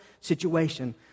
situation